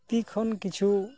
ᱛᱤ ᱠᱷᱚᱱ ᱠᱤᱪᱷᱩ